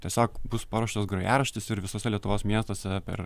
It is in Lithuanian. tiesiog bus paruoštas grojaraštis ir visose lietuvos miestuose per